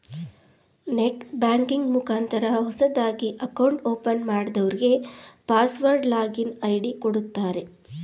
net banking ಮುಖಾಂತರ ಹೊಸದಾಗಿ account open ಮಾಡದವ್ರಗೆ ಪಾಸ್ವರ್ಡ್ ಲಾಗಿನ್ ಐ.ಡಿ ಕೊಡುತ್ತಾರೆ